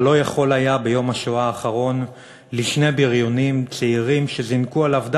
אבל לא יכול היה ביום השואה האחרון לשני בריונים צעירים שזינקו עליו,